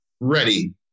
ready